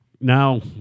now